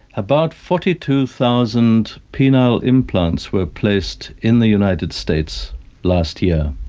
about forty two thousand penile implants were placed in the united states last year.